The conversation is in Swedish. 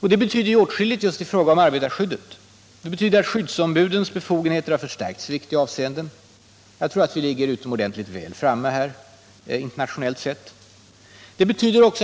Det betyder åtskilligt just i fråga om arbetarskyddet. Skyddsombudens befogenheter har förstärkts i viktiga avseenden. Jag tror att vi här ligger utomordentligt väl framme, internationellt sett.